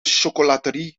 chocolaterie